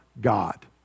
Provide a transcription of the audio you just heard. God